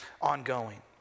ongoing